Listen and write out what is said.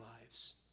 lives